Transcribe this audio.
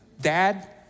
dad